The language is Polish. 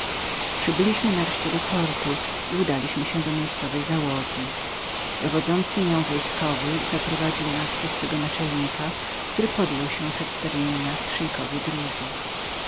przybyliśmy nareszcie do portu i wysiedli do miejscowej załogi dowodzący nią wojskowy zaprowadził nas do swego naczelnika który podjął się przedstawienia